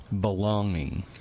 belonging